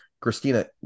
Christina